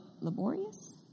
laborious